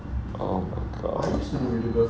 um because